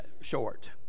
short